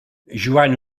joan